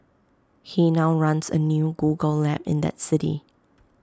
he now runs A new Google lab in that city